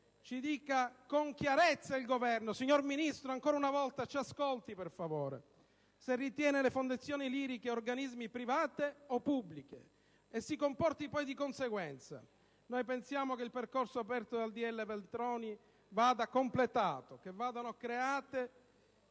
Ci dica con chiarezza il Governo - signor Ministro, ancora una volta: ci ascolti per favore! - se ritiene le fondazioni liriche organismi privati o pubblici e si comporti poi di conseguenza. Noi pensiamo che il percorso aperto dal decreto legislativo Veltroni vada completato, che vadano create